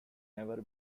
never